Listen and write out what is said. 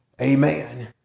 amen